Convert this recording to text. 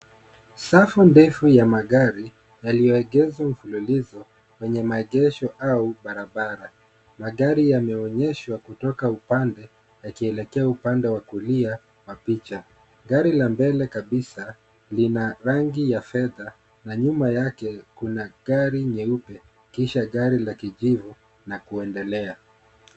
Safu ndefu ya magari yaliyoegeshwa mfululizo kwenye maegesho au barabara. Magari yameoneshwa kutoka upande yakielekea upande wa kulia kwa picha. Gari la mbele kabisa lina rangi ya fedha na nyuma yake kuna gari nyeupe kisha gari la kijivu na kuendelea.